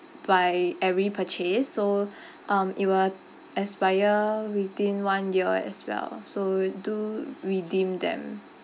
by every purchase so um it will expire within one year as well so do redeem them